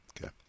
Okay